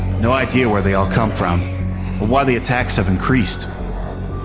no idea where they all come from. or why the attacks have increased.